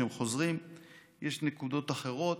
יש נקודות אחרות,